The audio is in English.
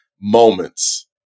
moments